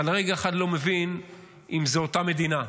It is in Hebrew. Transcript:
אתה לרגע אחד לא מבין אם זו אותה מדינה.